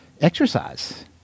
exercise